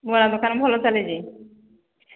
ବରା ଦୋକାନ ଭଲ ଚାଲେ ଯେ